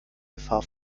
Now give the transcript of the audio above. gefahr